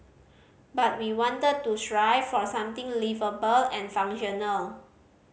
but we wanted to strive for something liveable and functional